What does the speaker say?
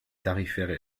tarifaires